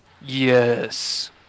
Yes